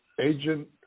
Agent